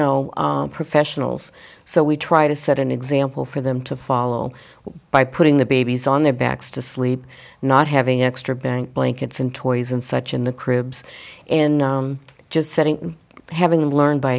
know professionals so we try to set an example for them to follow by putting the babies on their backs to sleep not having extra bank blankets and toys and such in the cribs in just sitting having learned by